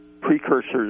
precursors